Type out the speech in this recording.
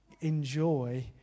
enjoy